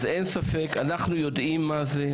אין ספק שאנחנו יודעים מה זה,